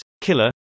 Killer